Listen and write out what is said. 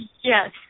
Yes